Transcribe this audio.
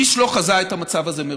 שאיש לא חזה את המצב הזה מראש,